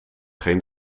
geen